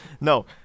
no